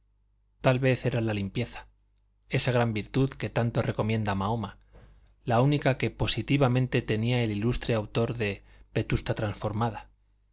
tal vez era la limpieza esa gran virtud que tanto recomienda mahoma la única que positivamente tenía el ilustre autor de vetusta transformada